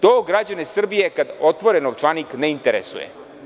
To građane Srbije, kada otvore novčanik, ne interesuje.